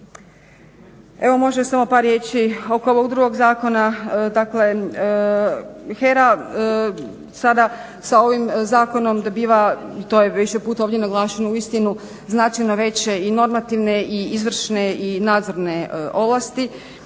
Evo, može samo par riječi oko ovog drugog zakona, dakle HERA sada sa ovim zakonom dobiva, to je više puta ovdje naglašeno, uistinu značajno veće, i normativne, i izvršne i nadzorne ovlasti